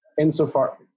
insofar